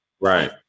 Right